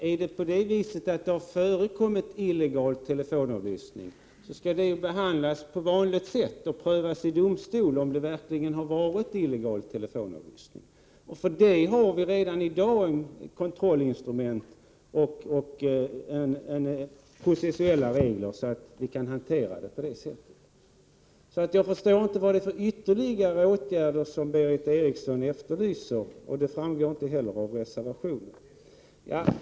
Fru talman! Om det har förekommit illegal telefonavlyssning, skall den behandlas på vanligt sätt och man får i domstol pröva om det verkligen har varit fråga om illegal telefonavlyssning. För detta finns det i dag kontrollinstrument och processuella regler. Jag förstår därför inte vilka ytterligare åtgärder Berith Eriksson efterlyser. Det framgår inte heller av reservationen.